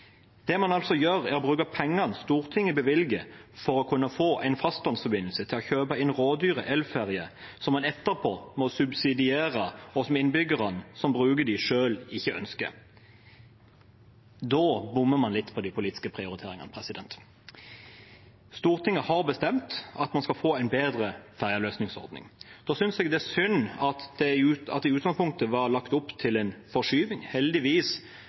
Det man altså gjør, er å bruke pengene Stortinget bevilger for å kunne få en fastlandsforbindelse, til å kjøpe inn rådyre elferger som man etterpå må subsidiere, og som innbyggerne som bruker dem, selv ikke ønsker. Da bommer man litt på de politiske prioriteringene. Stortinget har bestemt at man skal få en bedre fergeløsningsordning. Da synes jeg det er synd at det i utgangspunktet var lagt opp til en forskyvning. Heldigvis